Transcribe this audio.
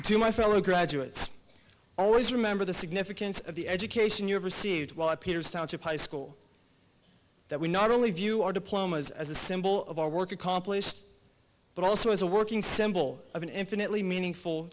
to my fellow graduates always remember the significance of the education you have received while our peers township high school that we not only view our diplomas as a symbol of our work accomplished but also as a working symbol of an infinitely meaningful